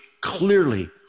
clearly